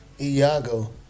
Iago